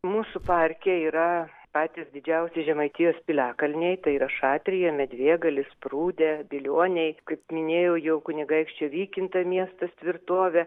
mūsų parke yra patys didžiausi žemaitijos piliakalniai tai yra šatrija medvėgalis sprūdė bilioniai kaip minėjau jau kunigaikščio vykinto miestas tvirtovė